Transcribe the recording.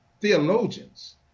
theologians